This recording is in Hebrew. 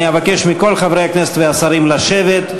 אני אבקש מכל חברי הכנסת והשרים לשבת.